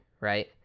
right